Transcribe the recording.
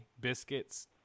biscuits